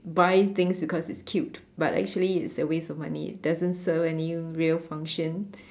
buy things because it's cute but actually it's a waste of money it doesn't serve any real function